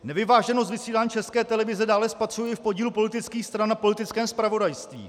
Nevyváženost vysílání České televize dále spatřuje i v podílu politických stran a politickém zpravodajství.